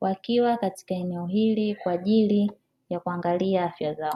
wakiwa katika eneo hili kwa ajili ya kuangalia afya zao.